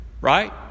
Right